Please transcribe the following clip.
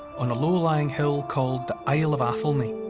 on a low-lying hill called the isle of athelney.